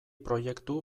proiektu